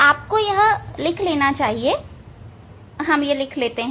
आपको यह लिख लेनी चाहिए हमें यह लिख लेनी चाहिए